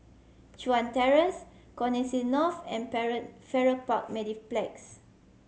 Chuan Terrace Connexis North and Farrer Park Mediplex